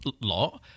lot